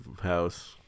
house